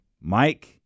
Mike